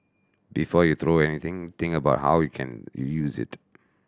before you throw anything think about how you can reuse it